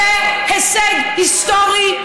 זה הישג היסטורי.